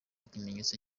ikimenyetso